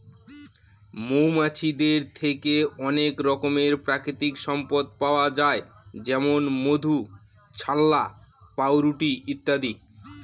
মৌমাছিদের থেকে অনেক রকমের প্রাকৃতিক সম্পদ পাওয়া যায় যেমন মধু, ছাল্লা, পাউরুটি ইত্যাদি